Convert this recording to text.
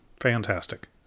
fantastic